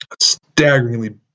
staggeringly